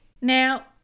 now